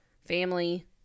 Family